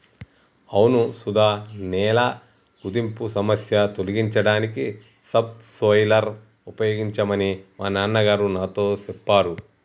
అవును సుధ నేల కుదింపు సమస్య తొలగించడానికి సబ్ సోయిలర్ ఉపయోగించమని మా నాన్న గారు నాతో సెప్పారు